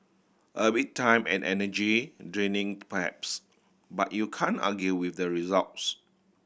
a bit time and energy draining perhaps but you can argue with the results